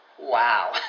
Wow